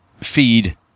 feed